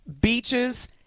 beaches